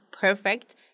perfect